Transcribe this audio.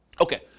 Okay